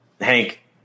Hank